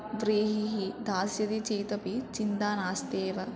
व्रीहिः दास्यति चेदपि चिन्ता नास्त्येव